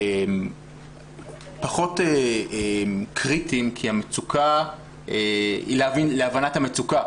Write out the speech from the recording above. פחות קריטיים להבנת המצוקה,